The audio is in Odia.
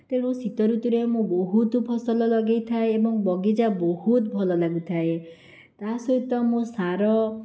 ତେଣୁ ଶୀତଋତୁରେ ମୁଁ ବହୁତ ଫସଲ ଲଗାଇଥାଏ ଏବଂ ବଗିଚା ବହୁତ ଭଲ ଲାଗୁଥାଏ ତା'ସହିତ ମୁଁ ସାର